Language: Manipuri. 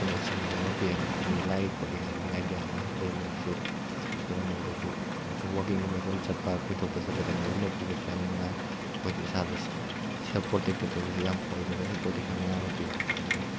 ꯀꯩꯅꯣ ꯁꯤꯒꯅꯦꯜ ꯑꯃ ꯄꯤꯌꯦ ꯃꯤ ꯂꯥꯛꯏ ꯈꯣꯠꯂꯤ ꯍꯥꯏꯕꯗꯤ ꯑꯥꯗꯤꯌꯥ ꯑꯃ ꯑꯗꯒꯤ ꯃꯣꯏꯗꯁꯨ ꯑꯩꯈꯣꯏꯅ ꯃꯣꯏꯗꯁꯨ ꯃꯣꯏꯁꯨ ꯋꯥꯛꯀꯤꯡꯒꯨꯝꯕ ꯁꯨꯝ ꯆꯠꯄ ꯀꯣꯏꯊꯣꯛꯄ ꯆꯠꯄꯗ ꯃꯣꯏꯒꯨꯝꯕ ꯄꯨꯕꯁꯨ ꯌꯥꯝ ꯅꯨꯡꯉꯥꯏ ꯑꯩꯈꯣꯏꯗ ꯏꯁꯥꯗ ꯁꯦꯕ ꯄ꯭ꯔꯣꯇꯦꯛꯇꯦꯗ ꯑꯣꯏꯕꯁꯨ ꯌꯥꯝ ꯐꯥꯎꯏ ꯃꯣꯏꯅꯁꯨ ꯄ꯭ꯔꯣꯇꯦꯛꯁꯟ ꯃꯌꯥꯝ ꯑꯃ ꯄꯤ ꯑꯗꯨꯒꯤ